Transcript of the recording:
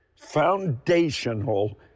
Foundational